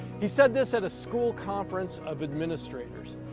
he said this at a school conference of administrators,